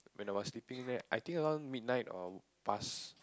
when I was sleeping leh I think around midnight or past